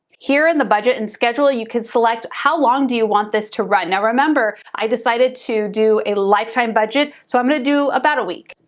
here in the budget and schedule, you can select, how long do you want this to run? now remember, i decided to do a lifetime budget, so i'm gonna do about a week.